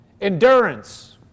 Endurance